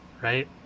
right